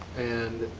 and